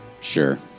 Sure